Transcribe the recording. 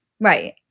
Right